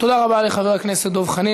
תודה רבה לחבר הכנסת דב חנין.